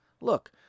Look